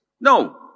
No